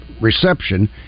reception